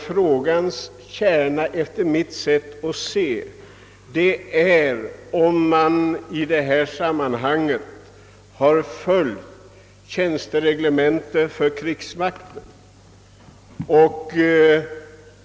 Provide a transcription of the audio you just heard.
Frågans kärna efter mitt sätt att se är, om man i det här sammanhanget har följt tjänstereglementet för krigsmakten.